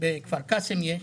בכפר קאסם יש.